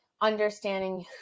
understanding